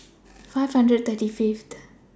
five hundred thirty Fifth